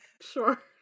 sure